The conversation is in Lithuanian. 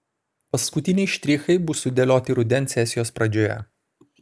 paskutiniai štrichai bus sudėlioti rudens sesijos pradžioje